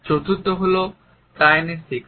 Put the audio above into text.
চতুর্থ হলো কাইনেসিকস